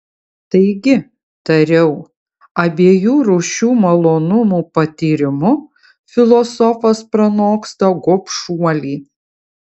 taigi tariau abiejų rūšių malonumų patyrimu filosofas pranoksta gobšuolį